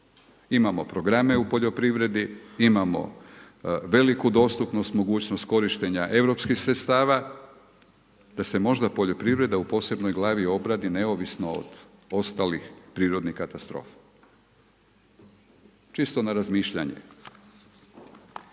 imamo programe u poljoprivredi, imamo veliku dostupnost, mogućnost korištenja europskih sredstava, da se možda poljoprivreda u posebnoj glavi obradi neovisno od ostalih prirodnih katastrofa, čisto na razmišljanje.